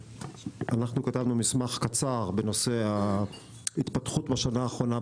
זאת תופעה שקורית בהרבה מדינות בעולם,